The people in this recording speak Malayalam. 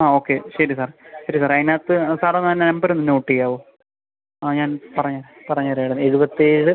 ആ ഓക്കെ ശരി സാർ ശരി സാറേ അതിനകത്ത് സാറൊന്നാ നമ്പറൊന്ന് നോട്ട് ചെയ്യാവോ ആ ഞാൻ പറയാൻ പറഞ്ഞ് തരാമല്ലോ എഴുപത്തേഴ്